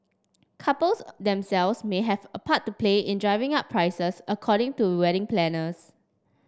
couples themselves may have a part to play in driving up prices according to wedding planners